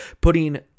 Putting